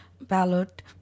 ballot